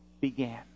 began